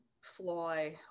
fly